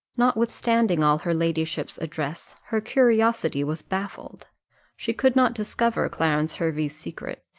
notwithstanding all her ladyship's address, her curiosity was baffled she could not discover clarence hervey's secret,